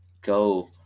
go